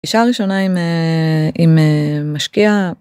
אישה ראשונה עם עם משקיעה.